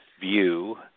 view